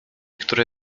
które